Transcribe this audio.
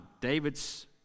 David's